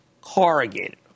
corrugated